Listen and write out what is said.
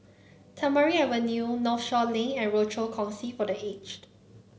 Tamarind Avenue Northshore Link and Rochor Kongsi for The Aged